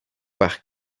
par